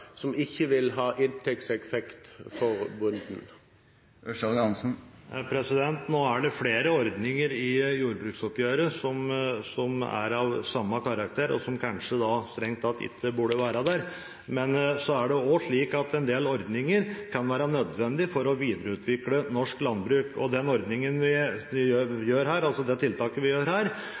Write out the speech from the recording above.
som ikke vil ha inntektseffekt for bonden? Nå er det flere ordninger i jordbruksoppgjøret som er av samme karakter, og som kanskje strengt tatt ikke burde være der, men så er det også slik at en del ordninger kan være nødvendige for å videreutvikle norsk landbruk. Det tiltaket vi gjør